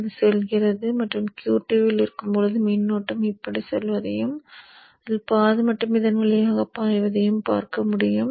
அது செல்கிறது மற்றும் Q2 இல் இருக்கும் போது மின்னோட்டம் இப்படி செல்வதையும் அதில் பாதி மட்டுமே இதன் வழியாக பாய்வதையும் பார்க்க முடியும்